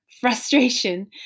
frustration